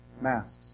Masks